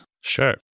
Sure